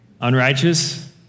Unrighteous